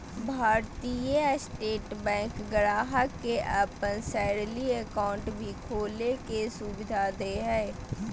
भारतीय state bank ग्राहक के अपन सैलरी अकाउंट भी खोले के सुविधा दे हइ